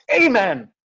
amen